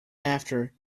after